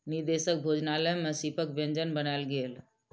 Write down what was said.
विदेशक भोजनालय में सीपक व्यंजन बनायल गेल